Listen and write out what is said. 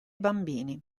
bambini